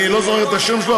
אני לא זוכר את השם שלו,